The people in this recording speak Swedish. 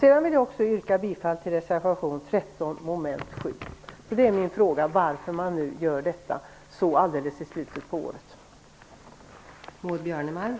Jag vill också yrka bifall till reservation 13 Min fråga är: Varför gör man detta alldeles i slutet av riksmötesåret?